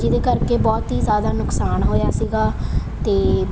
ਜਿਹਦੇ ਕਰਕੇ ਬਹੁਤ ਹੀ ਜ਼ਿਆਦਾ ਨੁਕਸਾਨ ਹੋਇਆ ਸੀਗਾ ਅਤੇ